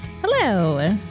Hello